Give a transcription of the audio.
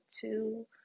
two